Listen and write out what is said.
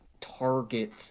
target